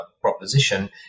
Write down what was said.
proposition